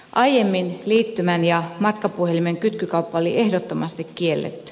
aiemmin liittymään ja matkapuhelimen kytkykauppa oli ehdottomasti kielletty